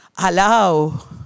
Allow